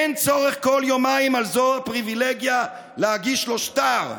אין צורך כל יומיים // על זו הפריבילגיה להגיש לו שטר.